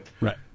Right